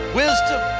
wisdom